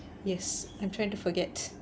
yes I'm trying to forget